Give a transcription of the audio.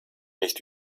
nicht